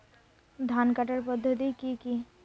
ধান কাটার পদ্ধতি কি কি?